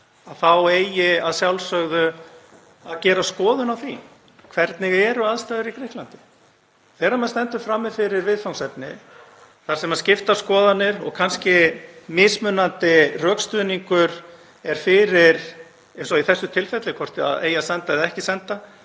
þá eigi að sjálfsögðu að gera skoðun á því hvernig aðstæður eru í Grikklandi. Þegar maður stendur frammi fyrir viðfangsefni þar sem eru skiptar skoðanir og kannski mismunandi rökstuðningur fyrir því, eins og í þessu tilfelli, hvort það eigi að senda eða ekki senda,